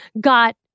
got